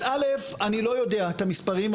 אז אני לא יודע את המספרים,